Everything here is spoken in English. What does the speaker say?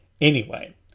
Anyway